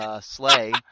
sleigh